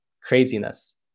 craziness